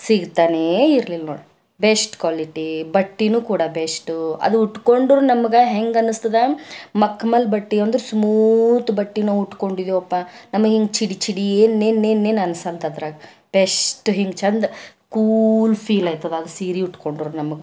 ಸಿಗ್ತಾನೇಯಿರ್ಲಿಲ್ಲ ನೋಡ್ರಿ best quality ಬಟ್ಟೆನೂ ಕೂಡ ಬೆಷ್ಟು ಅದು ಉಟ್ಕೊಂಡ್ರೂ ನಮಗೆ ಹೆಂಗೆ ಅನ್ನಿಸ್ತದ ಮಕ್ಮಲ್ ಬಟ್ಟೆ ಅಂದ್ರೆ ಸ್ಮೂತ್ ಬಟ್ಟೆನ ಉಟ್ಟ್ಕೊಂಡಿದೇವ್ಪಾ ನಮಗೆ ಹಿಂಗೆ ಚಿಡಿ ಚಿಡಿ ಏನ್ನೆನೆನ್ ಅನ್ಸಲ್ತದ್ರಾಗ ಬೆಷ್ಟ್ ಹಿಂಗೆ ಚೆಂದ ಕೂಲ್ ಫೀಲ್ ಆಯಿತದ ಅದು ಸೀರೆ ಉಟ್ಟ್ಕೊಂಡ್ರೆ ನಮಗೆ